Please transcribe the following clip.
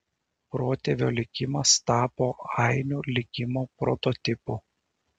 protėvio likimas tapo ainių likimo prototipu